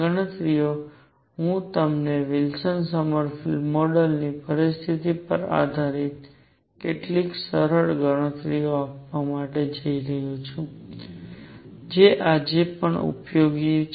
ગણતરીઓ હું તમને વિલ્સન સોમરફેલ્ડ ક્વોન્ટમ પરિસ્થિતિઓ પર આધારિત કેટલીક સરળ ગણતરીઓ આપવા જઈ રહ્યો છું જે આજે પણ ઉપયોગમાં છે